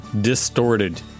Distorted